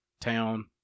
town